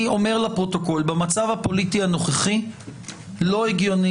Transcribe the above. אני אומר לפרוטוקול שבמצב הפוליטי הנוכחי לא הגיוני